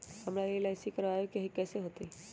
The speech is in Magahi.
हमरा एल.आई.सी करवावे के हई कैसे होतई?